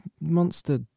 monster